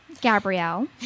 Gabrielle